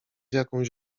jakąś